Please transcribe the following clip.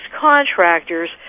contractors